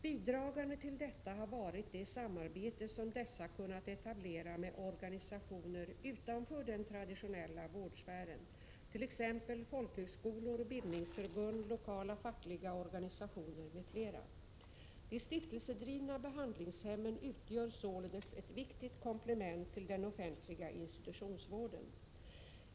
Bidragande till detta har varit det samarbete som dessa kunnat etablera med organisationer utanför den traditionella vårdsfären, t.ex. folkhögskolor, bildningsförbund, lokala fackliga organisationer m.fl. De stiftelsedrivna behandlingshemmen utgör således ett viktigt komplement till den offentliga institutionsvården.